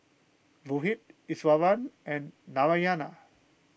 Rohit Iswaran and Narayana